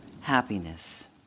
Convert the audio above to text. happiness